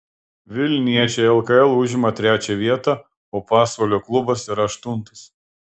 vilniečiai lkl užima trečiąją vietą o pasvalio klubas yra aštuntas